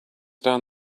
down